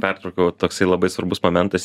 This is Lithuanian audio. pertraukiau toksai labai svarbus momentas